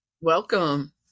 Welcome